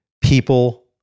people